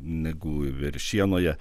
negu veršienoje